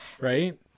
right